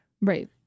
Right